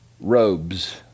robes